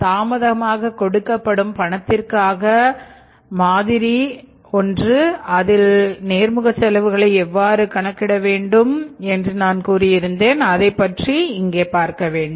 தாமதமாக கொடுக்கப்படும் பணத்திற்கான மாதிரி அதில் நேர்முக செலவுகளை எவ்வாறு கணக்கிட வேண்டும் என்பதை இங்கே பார்ப்போம்